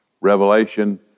Revelation